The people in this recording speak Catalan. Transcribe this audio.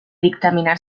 dictaminar